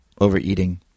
Overeating